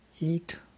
eat